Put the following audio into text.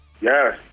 Yes